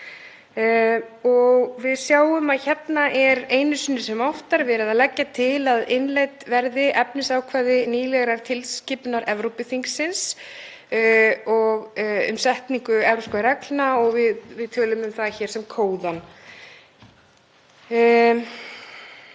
Við sjáum að hér er einu sinni sem oftar verið að leggja til að innleidd verði efnisákvæði nýlegrar tilskipunar Evrópuþingsins um setningu evrópskra reglna og við tölum um það hér sem Kóðann.